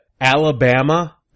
Alabama